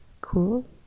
cool